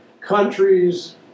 Countries